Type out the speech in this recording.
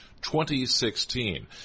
2016